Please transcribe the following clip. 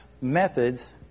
methods